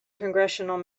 congressional